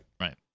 Right